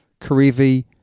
Karevi